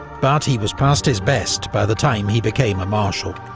but he was past his best by the time he became a marshal.